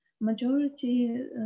majority